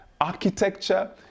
architecture